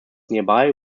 nearby